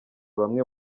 bamwe